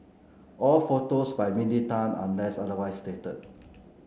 all photos by Mindy Tan unless otherwise stated